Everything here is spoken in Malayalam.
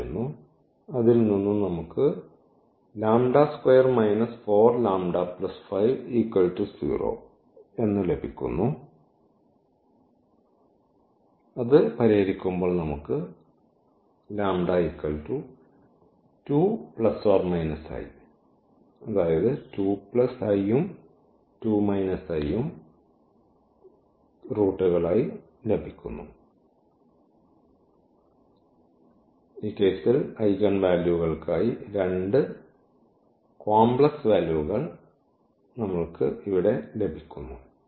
എന്നാൽ ഈ കേസിൽ ഐഗൺ വാല്യൂകൾക്കായി 2 കോംപ്ലക്സ് വാല്യൂകൾ നമ്മൾ ഇവിടെ ലഭിക്കുന്നു